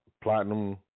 Platinum